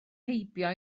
heibio